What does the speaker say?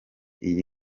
iyi